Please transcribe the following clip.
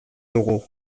dugu